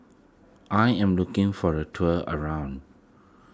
I am looking for a tour around